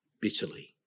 bitterly